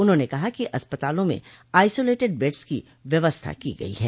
उन्होंने कहा कि अस्पतालों में आइसोलेटेड बेड्स की व्यवस्था की गई है